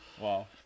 Wow